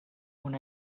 when